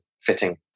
fitting